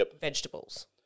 vegetables